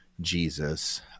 Jesus